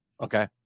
Okay